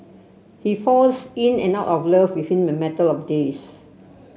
he falls in and out of love within a matter of days